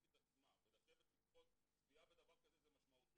את עצמה בלשבת לצפות צפייה בדבר כזה זה משמעותי.